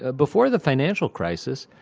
ah before the financial crisis,